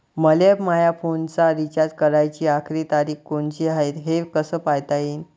मले माया फोनचा रिचार्ज कराची आखरी तारीख कोनची हाय, हे कस पायता येईन?